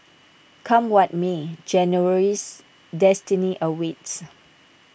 come what may January's destiny awaits